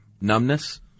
Numbness